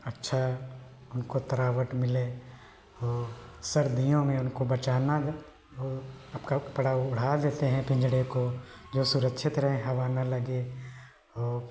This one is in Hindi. अच्छी उनको तरावट मिले और सर्दियों में इनको बचाना हो हो और कपड़ा ओढ़ा देते हैं पिन्जरे को जो सुरक्षित रहे हवा न लगे और